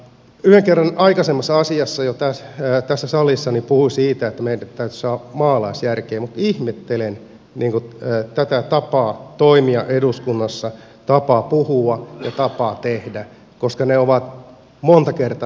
yhden kerran jo aikaisemmassa asiassa tässä salissa puhuin siitä että meidän täytyisi saada maalaisjärkeä mutta ihmettelen tätä tapaa toimia eduskunnassa tapaa puhua ja tapaa tehdä koska ne ovat monta kertaa niin äärettömän paljon ristiriidassa